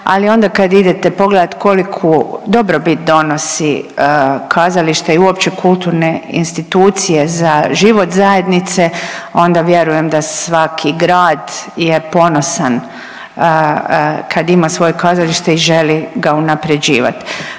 ali onda kad idete pogledati koliku dobrobit donosi kazalište i uopće kulturne institucije za život zajednice onda vjerujem da svaki grad je ponosan kad ima svoje kazalište i želi ga unaprjeđivat.